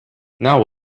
now